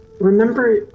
Remember